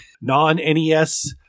non-NES